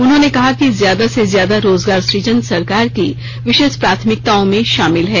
उन्होंने कहा कि ज्यादा से ज्यादा रोजगार सुजन सरकार की विशेष प्राथमिकताओं में शामिल है